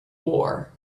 war